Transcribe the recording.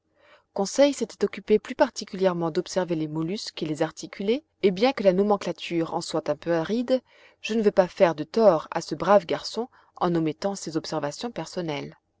conseil s'était occupé plus particulièrement d'observer les mollusques et les articulés et bien que la nomenclature en soit un peu aride je ne veux pas faire tort à ce brave garçon en omettant ses observations personnelles